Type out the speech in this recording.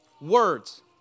words